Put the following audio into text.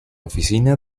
oficina